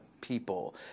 people